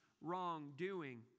wrongdoing